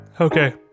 Okay